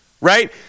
Right